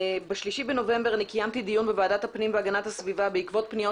ב-3 בנובמבר קיימתי דיון בוועדת הפנים והגנת הסביבה בעקבות פניות